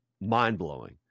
mind-blowing